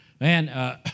man